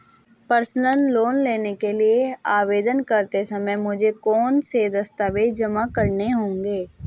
Personal loan के लिए आवेदन करते समय मुझे कौन से दस्तावेज़ जमा करने होंगे?